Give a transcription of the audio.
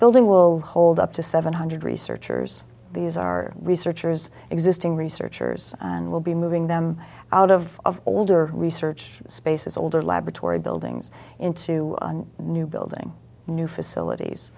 building will hold up to seven hundred researchers these are researchers existing researchers and will be moving them out of older research spaces older laboratory buildings into new building new facilities